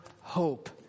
hope